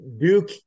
Duke